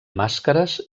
màscares